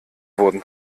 wurden